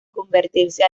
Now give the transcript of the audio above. convertirse